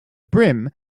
brim